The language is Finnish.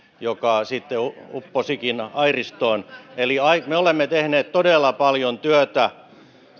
joka sitten upposikin airistoon eli me olemme tehneet todella paljon työtä